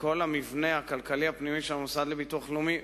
כל המבנה הכלכלי הפנימי של המוסד לביטוח לאומי,